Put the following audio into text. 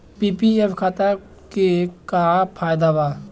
PPF खाता के का फायदा बा?